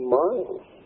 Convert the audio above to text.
miles